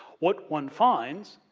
what one finds